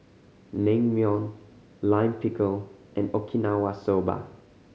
Naengmyeon Lime Pickle and Okinawa Soba